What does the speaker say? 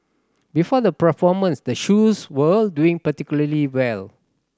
before the performance the shoes were doing particularly well